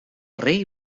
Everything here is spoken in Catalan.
rei